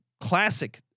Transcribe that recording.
classic